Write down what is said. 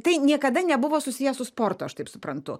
tai niekada nebuvo susiję su sportu aš taip suprantu